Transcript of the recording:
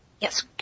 Yes